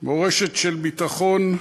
מורשת של ביטחון,